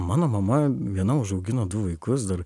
mano mama viena užaugino du vaikus dar